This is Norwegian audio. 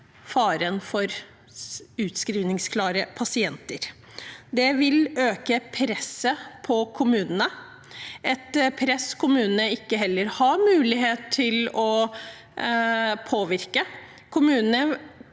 faren for utskrivningsklare pasienter. Det vil øke presset på kommunene, et press kommunene heller ikke har mulighet til å påvirke.